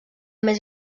més